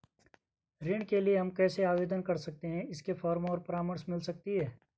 ऋण के लिए हम कैसे आवेदन कर सकते हैं इसके फॉर्म और परामर्श मिल सकती है?